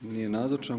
Nije nazočan.